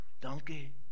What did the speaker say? donkey